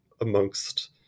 amongst